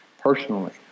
personally